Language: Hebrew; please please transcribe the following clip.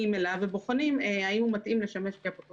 אליו ובוחנים האם הוא מתאים לשמש כאפוטרופוס לאותו אדם.